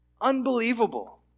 unbelievable